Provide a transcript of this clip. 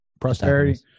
prosperity